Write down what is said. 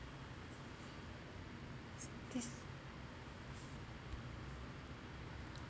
is this